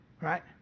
right